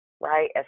right